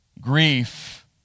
Grief